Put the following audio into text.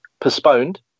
postponed